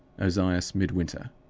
ozias midwinter.